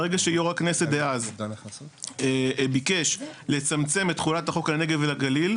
ברגע שיו"ר הכנסת דאז ביקש לצמצם את תחולת החוק לנגב ולגליל,